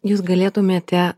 jūs galėtumėte